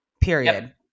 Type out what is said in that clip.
period